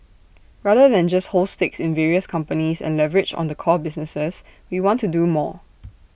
rather than just hold stakes in various companies and leverage on the core businesses we want to do more